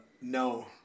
No